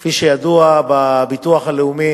כפי שידוע, בביטוח הלאומי